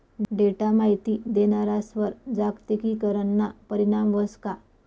Data माहिती देणारस्वर जागतिकीकरणना परीणाम व्हस का?